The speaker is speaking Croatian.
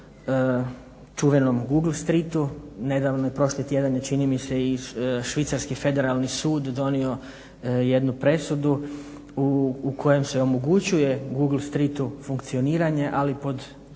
o čuvenom Google streatu, nedavno je, prošli tjedan je čini mi se i Švicarski federalni sud donio jednu presudu u kojem se omogućuje Google streatu funkcioniranje, ali pod strog